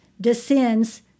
descends